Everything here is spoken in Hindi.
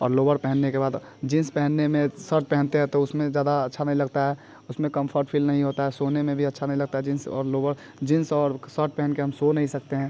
और लोअर पहनने के बाद जींस पहनने में सर्ट पहनते हैं तो उसमें ज़्यादा अच्छा नहीं लगता है उसमें कंफर्ट फील नहीं होता है सोने में भी अच्छा नहीं लगता है जींस और लोवर जींस और सर्ट पहन कर हम सो नहीं सकते हैं